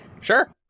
Sure